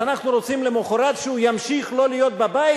אז אנחנו רוצים למחרת שהוא ימשיך לא להיות בבית?